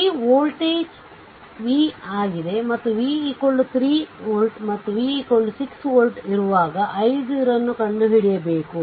ಈ voltage v ಆಗಿದೆ ಮತ್ತು v 3 ವೋಲ್ಟ್ ಮತ್ತು v 6 ವೋಲ್ಟ್ ಇರುವಾಗ i0 ಅನ್ನು ಕಂಡುಹಿಡಿಯಬೇಕು